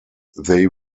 they